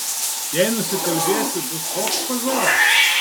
jei nusikalbėsiu bus toks pazoras